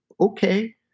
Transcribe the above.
Okay